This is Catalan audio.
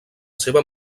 seva